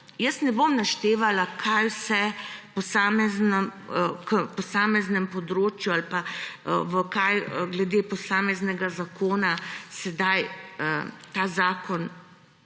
Ne bom naštevala, kaj vse k posameznim področjem ali pa v kaj glede posameznega zakona sedaj ta zakon